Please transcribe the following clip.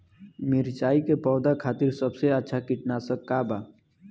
मिरचाई के पौधा खातिर सबसे अच्छा कीटनाशक का बा?